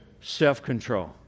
self-control